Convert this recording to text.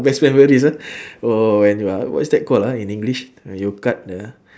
best memories ah oh when what ah what is that call ah in english uh you cut the